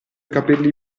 capelli